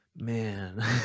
Man